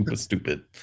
stupid